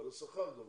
אבל השכר גבוה,